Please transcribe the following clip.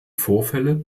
vorfälle